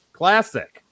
classic